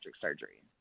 surgery